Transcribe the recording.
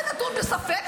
זה נתון בספק,